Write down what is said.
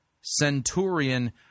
centurion